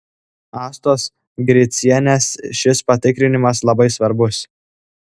astos gricienės šis patikrinimas labai svarbus